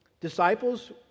disciples